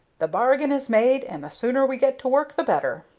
the bargain is made, and the sooner we get to work the better.